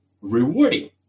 rewarding